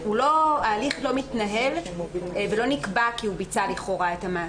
ההליך לא מתנהל ולא נקבע כי הוא ביצע את המעשה.